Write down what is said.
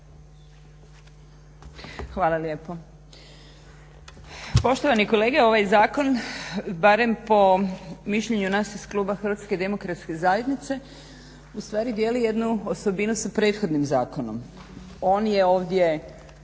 Hvala lijepo. Poštovani kolege ovaj zakon barem po mišljenju nas iz Kluba Hrvatske Demokratske Zajednice ustvari dijeli jednu osobinu sa prethodnim zakonom. On je ovdje